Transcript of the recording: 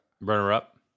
Runner-up